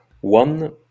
One